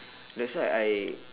that's why I